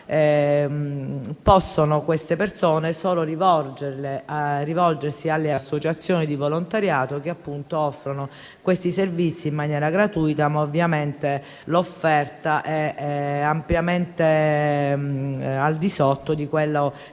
persone possono solo rivolgersi alle associazioni di volontariato, che appunto offrono questi servizi in maniera gratuita. Ovviamente l'offerta è ampiamente al di sotto della